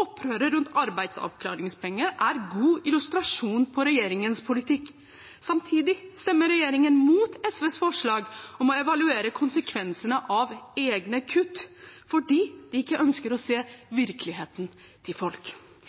Opprøret rundt arbeidsavklaringspenger er god illustrasjon på regjeringens politikk. Samtidig stemmer regjeringen mot SVs forslag om å evaluere konsekvensene av egne kutt, fordi de ikke ønsker å se